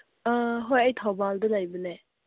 ꯑ ꯍꯣꯏ ꯑꯩ ꯊꯧꯕꯥꯜꯗ ꯂꯩꯕꯅꯦ